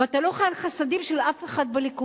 ואתה לא חי על חסדים של אף אחד בליכוד.